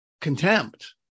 contempt